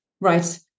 Right